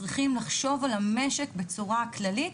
שצריכים לחשוב על המשק בצורה כללית,